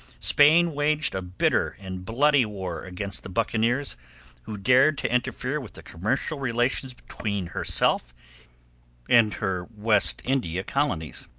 spain waged a bitter and bloody war against the buccaneers who dared to interfere with the commercial relations between herself and her west india colonies,